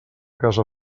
causa